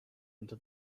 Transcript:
into